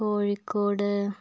Kozhikode